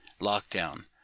lockdown